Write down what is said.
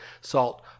salt